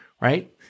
right